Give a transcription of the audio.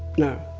no,